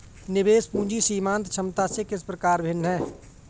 निवेश पूंजी सीमांत क्षमता से किस प्रकार भिन्न है?